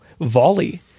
volley